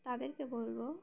তাদেরকে বলব